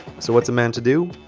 so what's a man to do?